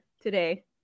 today